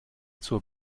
zur